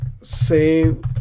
save